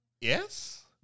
Yes